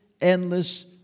endless